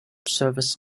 services